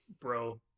bro